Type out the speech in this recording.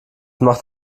macht